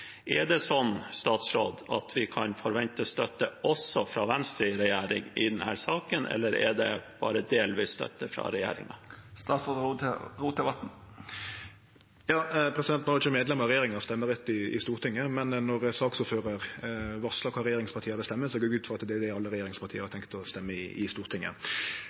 Er det slik at vi kan forvente støtte også fra Venstre i regjering i denne saken, eller er det bare delvis støtte fra regjeringen? No har ikkje medlemer av regjeringa stemmerett i Stortinget, men når saksordføraren varslar kva regjeringspartia vil stemme, går eg ut frå at det er det alle regjeringspartia har tenkt å stemme i Stortinget. Det har vore ei rekkje forslag om rovviltpolitikk her i Stortinget